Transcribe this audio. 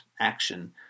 action